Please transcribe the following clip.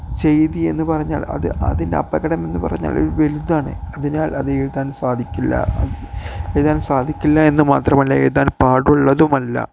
ചെയ്തി എന്നു പറഞ്ഞാൽ അത് അതിൻ്റെ അപകടം എന്നു പറഞ്ഞാൽ ഒരു വലുതാണ് അതിനാൽ അത് എഴുതാൻ സാധിക്കില്ല അത് എഴുതാൻ സാധിക്കില്ല എന്നു മാത്രമല്ല എഴുതാൻ പാടുള്ളതുമല്ല